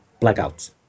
blackouts